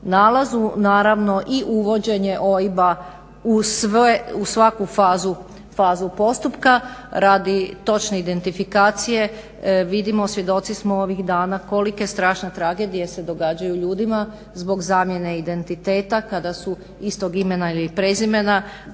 nalazu. Naravno i uvođenje OIB-a u svaku fazu postupka radi točne identifikacije. Vidimo, svjedoci smo ovih dana kolike strašne tragedije se događaju ljudima zbog zamjene identiteta kada su istog imena ili prezimena, da im